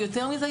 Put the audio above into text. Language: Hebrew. ויותר מזה,